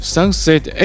Sunset